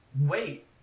wait